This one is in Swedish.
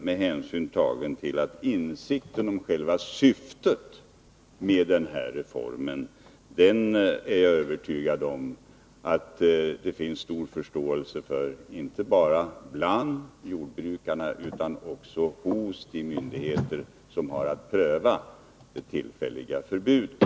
Med hänsyn tagen till insikten om själva syftet med denna reform, är jag övertygad om att det finns stor förståelse för den, inte bara bland jordbrukarna utan också hos de myndigheter som har att pröva det tillfälliga förbudet.